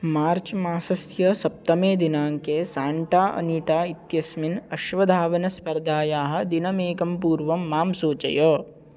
मार्च् मासस्य सप्तमे दिनाङ्के साण्टा अनीटा इत्यस्मिन् अश्वधावनस्पर्धायाः दिनमेकं पूर्वं मां सूचय